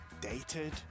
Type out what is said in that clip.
dated